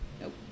Nope